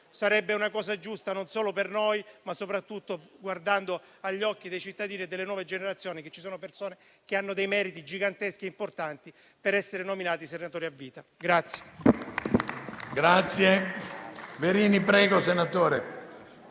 Sarebbe una cosa giusta non solo per noi, ma soprattutto per i cittadini e le nuove generazioni ricordare che ci sono persone che hanno dei meriti giganteschi e importanti per essere nominati i senatori a vita.